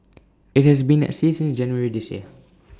IT has been at sea since January this year